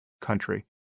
country